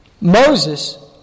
Moses